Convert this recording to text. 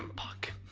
ah fuck.